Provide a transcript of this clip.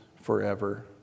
forever